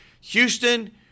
Houston